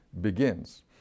begins